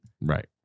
Right